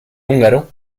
húngaro